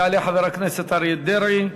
יעלה חבר הכנסת אריה דרעי.